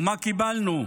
ומה קיבלנו?